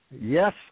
Yes